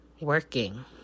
working